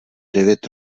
devět